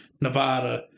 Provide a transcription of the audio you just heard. Nevada